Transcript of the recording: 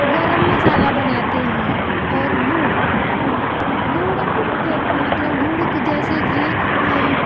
गर्म मसाला बनाते हैं और गुड़ गुड़ के मतलब गुड़ को जैसे कि हम